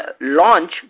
launch